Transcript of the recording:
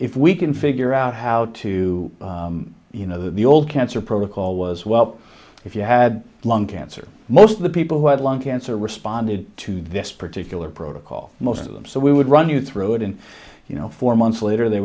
if we can figure out how to you know the old cancer protocol was well if you had in cancer most of the people who had lung cancer responded to this particular protocol most of them so we would run you through it and you know four months later they